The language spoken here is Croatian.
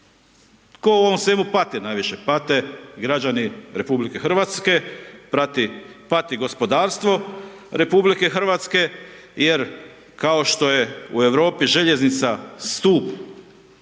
Tko u ovom svemu pati najviše, pate građani RH, pati gospodarstvo RH jer kao što je u Europi željeznica stup